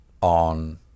on